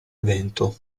evento